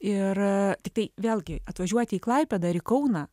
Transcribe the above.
ir tiktai vėlgi atvažiuoti į klaipėdą kauną